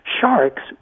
sharks